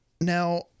Now